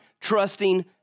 trusting